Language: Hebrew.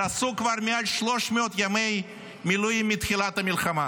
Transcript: שעשו כבר יותר מ-300 ימי מילואים מתחילת המלחמה.